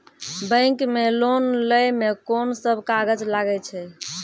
Bank मे loan लै मे कोन सब कागज लागै छै?